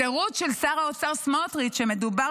התירוץ של שר האוצר סמוטריץ שמדובר